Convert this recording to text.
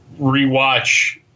rewatch